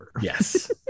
yes